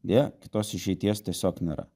deja kitos išeities tiesiog nėra